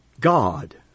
God